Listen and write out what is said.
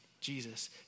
Jesus